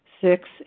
Six